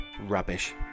rubbish